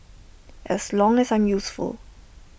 as long as I'm useful